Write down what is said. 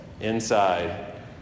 inside